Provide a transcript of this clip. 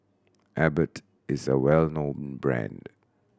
Abbott is a well known brand